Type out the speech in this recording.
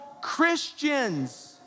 Christians